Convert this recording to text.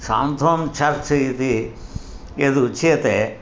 सान्त्वं चर्च् इति यद् उच्यते